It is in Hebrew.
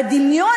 והדמיון,